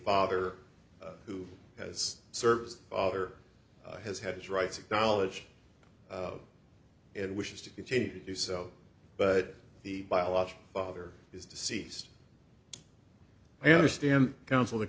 father who has served father has had his rights acknowledged and wishes to continue to do so but the biological father is deceased i understand counsel th